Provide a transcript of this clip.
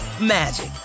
magic